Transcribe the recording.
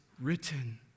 written